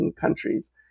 countries